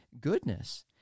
goodness